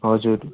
हजुर